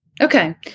Okay